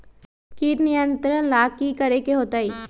किट नियंत्रण ला कि करे के होतइ?